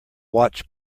watch